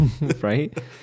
right